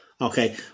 Okay